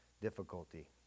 difficulty